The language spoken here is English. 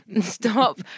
Stop